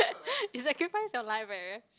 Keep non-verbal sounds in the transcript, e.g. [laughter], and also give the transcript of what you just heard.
[laughs] you sacrifice your life eh